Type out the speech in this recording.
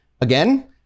Again